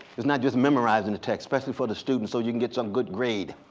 it's not just memorizing the text, especially for the student, so you can get some good grade.